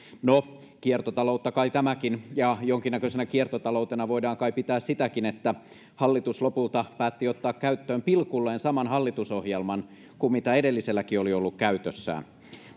no kiertotaloutta kai tämäkin ja jonkinnäköisenä kiertotaloutena voidaan kai pitää sitäkin että hallitus lopulta päätti ottaa käyttöön pilkulleen saman hallitusohjelman kuin mitä edelliselläkin oli ollut käytössään